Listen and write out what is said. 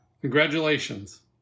Congratulations